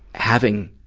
having